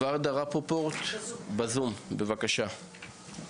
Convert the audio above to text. ורדה רפפורט בזום, בבקשה.